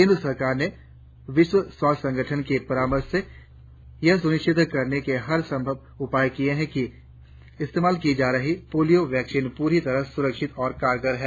केंद्र सरकार ने विश्व स्वास्थ्य संगठन के परामर्श से यह सुनिश्चित करने के हर संभव उपाय किए है कि इस्तेमाल की जा रही पोलियो वैक्सीन पूरी तरह सुरक्षित और कारगर हो